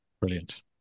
Brilliant